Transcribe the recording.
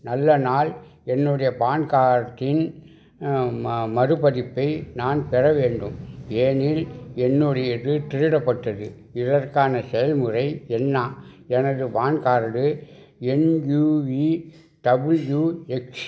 நல்ல நாள் என்னுடைய பான் கார்டின் ம மறுபதிப்பை நான் பெற வேண்டும் ஏனெனில் என்னுடையது திருடப்பட்டது இதற்கான செயல்முறை என்ன எனது பான் கார்டு எண் யுவிடபிள்யூஎக்ஸ்